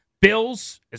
Bills